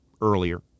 earlier